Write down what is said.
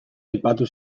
aipatu